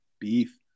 beef